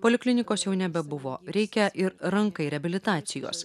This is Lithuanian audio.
poliklinikos jau nebebuvo reikia ir rankai reabilitacijos